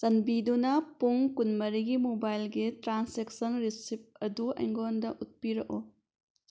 ꯆꯥꯟꯕꯤꯗꯨꯅ ꯄꯨꯡ ꯀꯨꯟꯃꯔꯤꯒꯤ ꯃꯣꯕꯥꯜꯒꯤ ꯇ꯭ꯔꯥꯟꯁꯦꯛꯁꯟ ꯔꯤꯁꯤꯞ ꯑꯗꯨ ꯑꯩꯉꯣꯟꯗ ꯎꯠꯄꯤꯔꯛꯎ